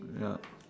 ya